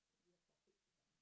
we have topics to talk on